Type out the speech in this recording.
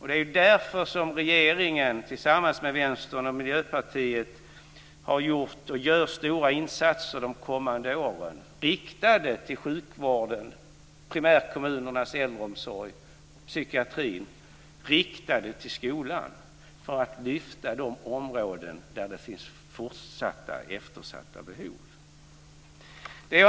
Det är därför som regeringen, tillsammans med Vänstern och Miljöpartiet, har gjort och gör stora insatser de kommande åren riktade till sjukvården, primärkommunernas äldreomsorg, psykiatri och till skolan, för att lyfta de områden där det fortfarande finns eftersatta behov.